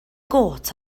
got